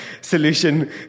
solution